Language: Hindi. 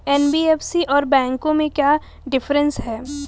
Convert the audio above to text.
एन.बी.एफ.सी और बैंकों में क्या डिफरेंस है?